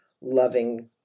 loving